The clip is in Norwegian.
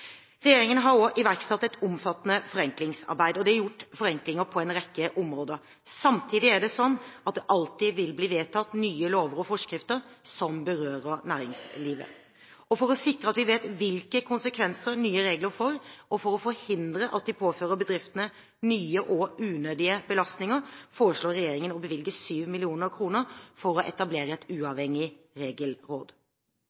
Regjeringen har også iverksatt et omfattende forenklingsarbeid, og det er gjort forenklinger på en rekke områder. Samtidig er det sånn at det alltid vil bli vedtatt nye lover og forskrifter som berører næringslivet. For å sikre at vi vet hvilke konsekvenser nye regler får, og for å forhindre at de påfører bedriftene nye og unødige belastninger, foreslår regjeringen å bevilge 7 mill. kr for å etablere et